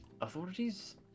authorities